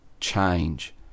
change